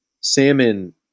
salmon